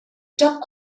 top